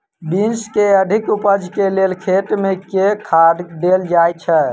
Beans केँ अधिक उपज केँ लेल खेत मे केँ खाद देल जाए छैय?